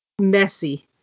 messy